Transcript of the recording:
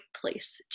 place